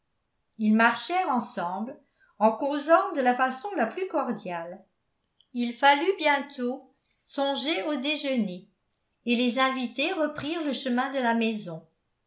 ils marchèrent ensemble en causant de la façon la plus cordiale il fallut bientôt songer au déjeuner et les invités reprirent le chemin de la maison